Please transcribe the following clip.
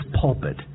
pulpit